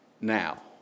now